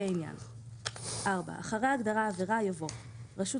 לפי העניין,"; אחרי ההגדרה "עבירה" יבוא: ""רשות